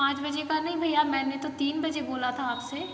पाँच बजे का नहीं भैया मैंने तो तीन बजे का बोला था आपसे